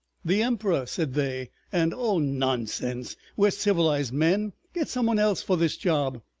the emperor! said they and oh, nonsense! we're civilized men. get some one else for this job.